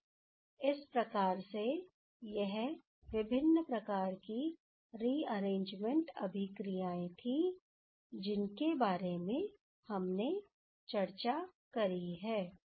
तो इस प्रकार से यह विभिन्न प्रकार की रिअरेंजमेंट अभिक्रियाएं थी जिनके बारे में हमने चर्चा करी है